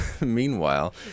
meanwhile